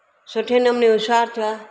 सुठे नमूने होश्यारु थियो आहे